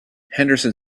henderson